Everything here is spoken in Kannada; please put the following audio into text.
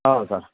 ಹೌದು ಸರ್